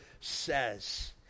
says